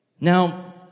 Now